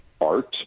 art